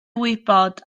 wybod